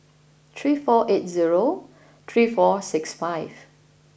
three four eight zero three four six five